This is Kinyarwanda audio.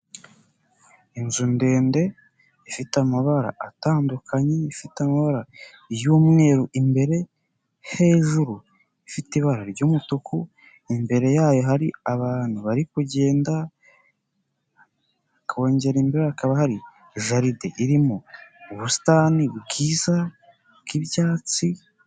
Inzu ndende ifite amabara atandukanye, ifite amabara y'umweru imbere, hejuru ifite ibara ry'umutuku, imbere yayo hari abantu bari kugenda, hakongera imbere hakaba hari jaride irimo ubusitani bwiza bw'ibyatsi.